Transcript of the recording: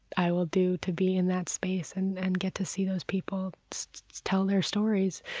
i will do to be in that space and and get to see those people tell their stories.